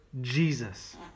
Jesus